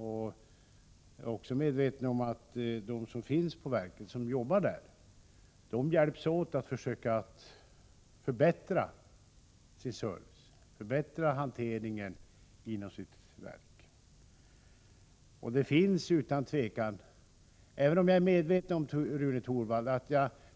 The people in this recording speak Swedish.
Jag är också medveten om att de som arbetar inom verket hjälps åt för att försöka förbättra service och hantering inom sitt verk.